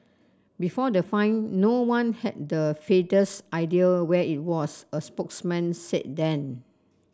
before the find no one had the faintest idea where it was a spokesman said then